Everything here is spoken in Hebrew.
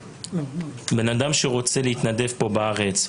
אדם שרוצה להתנדב פה בארץ,